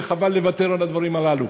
וחבל לוותר על הדברים הללו.